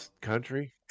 country